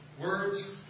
words